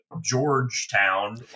Georgetown